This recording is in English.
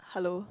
hello